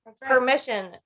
permission